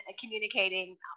communicating